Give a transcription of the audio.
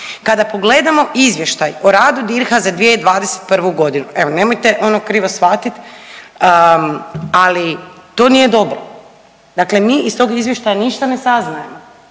kada pogledamo izvještaj o radu DIRH-a za 2021.g., evo nemojte ono krivo shvatit, ali to nije dobro, dakle mi iz tog izvještaja ništa ne saznajemo.